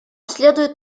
следует